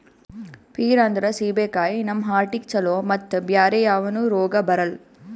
peer ಅಂದ್ರ ಸೀಬೆಕಾಯಿ ನಮ್ ಹಾರ್ಟಿಗ್ ಛಲೋ ಮತ್ತ್ ಬ್ಯಾರೆ ಯಾವನು ರೋಗ್ ಬರಲ್ಲ್